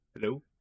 Hello